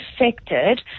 affected